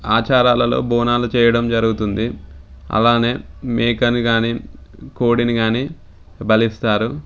ఆచారాలలో బోనాలు చేయడం జరుగుతుంది అలానే మేకని కానీ కోడిని కానీ బలి ఇస్తారు